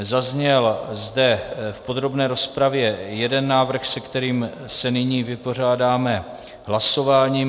Zazněl zde v podrobné rozpravě jeden návrh, se kterým se nyní vypořádáme hlasováním.